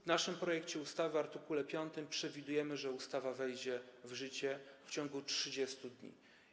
W naszym projekcie ustawy w art. 5 przewidujemy, że ustawa wejdzie w życie w ciągu 30 dni.